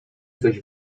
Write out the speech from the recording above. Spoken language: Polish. coś